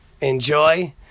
Enjoy